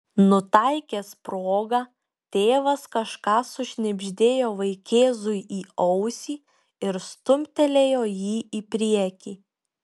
nutaikęs progą tėvas kažką sušnibždėjo vaikėzui į ausį ir stumtelėjo jį į priekį